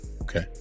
okay